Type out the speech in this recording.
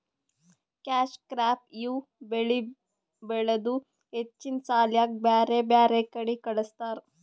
cash crop ಇವ್ ಬೆಳಿ ಬೆಳದು ಹೆಚ್ಚಿನ್ ಸಾಲ್ಯಾಕ್ ಬ್ಯಾರ್ ಬ್ಯಾರೆ ಕಡಿ ಕಳಸ್ತಾರ್